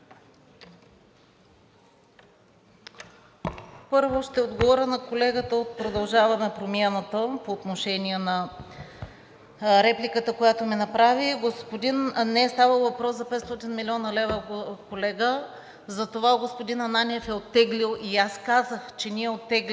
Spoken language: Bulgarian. Първо ще отговоря на колегата от „Продължаваме Промяната“ по отношение на репликата, която ми направи. Не е ставало въпрос за 500 млн. лв., колега, затова господин Ананиев го е оттеглил, и аз казах, че ние оттегляме